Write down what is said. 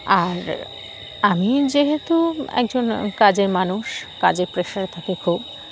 আর আমি যেহেতু একজন কাজের মানুষ কাজে প্রেশারে থাকি খুব